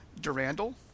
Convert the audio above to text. Durandal